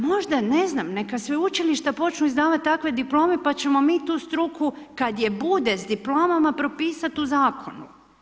Možda, ne znam, neka sveučilišta počnu izdavati takve diplome, pa ćemo mi tu struku, kada je bude s diplomama propisati u zakonu.